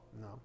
No